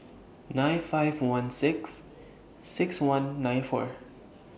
nine five one six six one nine four